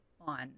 on